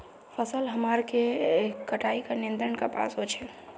फसल हमार के कटाई का नियंत्रण कपास होचे?